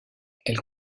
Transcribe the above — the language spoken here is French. elle